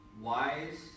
wise